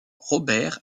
robert